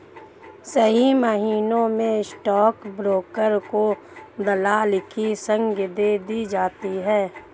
सही मायनों में स्टाक ब्रोकर को दलाल की संग्या दे दी जाती है